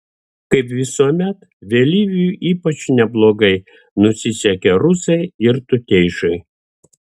kaip visuomet vėlyviui ypač neblogai nusisekė rusai ir tuteišai